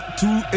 two